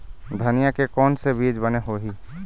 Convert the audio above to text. धनिया के कोन से बीज बने होही?